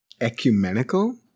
ecumenical